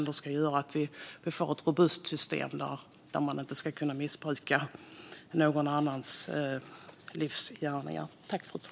Då kan vi få ett robust system där man inte kan missbruka någon annans livsgärningar.